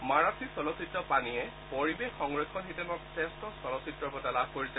মাৰাঠী চলচ্চিত্ৰ পানীয়ে পৰিৱেশ সংৰক্ষণ শিতানত শ্ৰেষ্ঠ চলচ্চিত্ৰৰ বঁটা লাভ কৰিছে